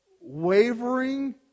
wavering